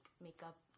makeup